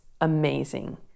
amazing